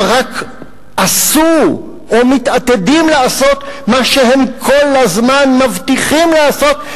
הם רק עשו או מתעתדים לעשות מה שהם כל הזמן מבטיחים לעשות,